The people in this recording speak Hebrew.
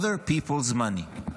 Other people's money,